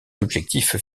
objectifs